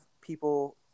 people